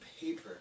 paper